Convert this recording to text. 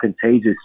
contagious